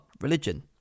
religion